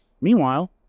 Meanwhile